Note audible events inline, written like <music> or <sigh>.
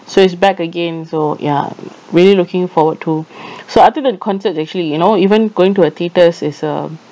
so it's back again so ya I'm really looking forward too <breath> so other than concert actually you know even going to a theatres is a